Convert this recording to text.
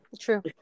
true